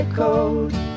code